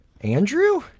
Andrew